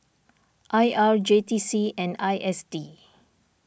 I R J T C and I S D